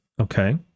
Okay